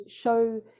show